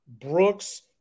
Brooks